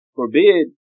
forbid